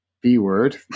B-word